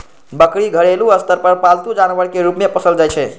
बकरी घरेलू स्तर पर पालतू जानवर के रूप मे पोसल जाइ छै